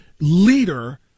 leader